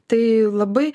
tai labai